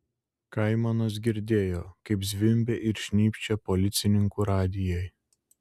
kaimanas girdėjo kaip zvimbia ir šnypščia policininkų radijai